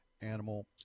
Animal